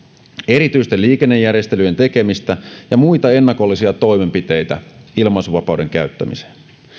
erityisten liikennejärjestelyiden tekemistä ja muita ennakollisia toimenpiteitä ilmaisuvapauden käyttämiseen